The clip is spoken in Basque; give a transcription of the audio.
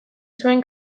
zuen